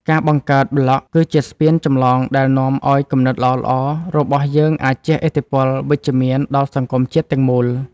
ការបង្កើតប្លក់គឺជាស្ពានចម្លងដែលនាំឱ្យគំនិតល្អៗរបស់យើងអាចជះឥទ្ធិពលវិជ្ជមានដល់សង្គមជាតិទាំងមូល។